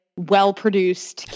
well-produced